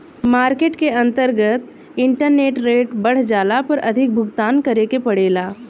market के अंतर्गत interest rate बढ़ जाला पर अधिक भुगतान करे के पड़ेला